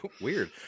weird